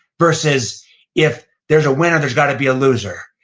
versus if there's a winner, there's gotta be a loser.